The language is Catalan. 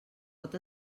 pot